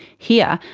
here,